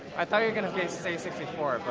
i thought you were going to say sixty four,